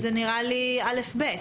זה נראה לי אל"ף-בי"ת.